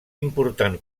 important